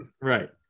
Right